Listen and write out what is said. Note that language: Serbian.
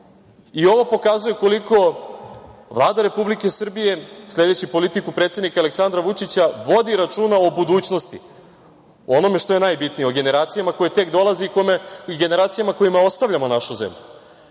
pokazuje koliko Vlada Republike Srbije sledeći politiku Aleksandra Vučića vodi računa o budućnosti, o onome što je najbitnije, o generacijama koje tek dolazi i generacijama kojima ostavljamo našu zemlju. Ne